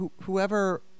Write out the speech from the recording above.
whoever